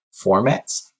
formats